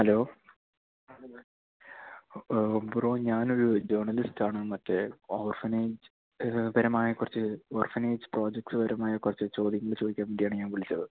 hello bro ഞാനൊരു ജേർണലിസ്റ്റാണ് മറ്റേ ഓർഫണേജ് പരമായ കുറച്ച് ഓർഫണേജ് പ്രൊജക്റ്റ് പരമായ കുറച്ച് ചോദ്യങ്ങൾ ചോദിക്കാൻ വേണ്ടിയാണ് ഞാൻ വിളിച്ചത്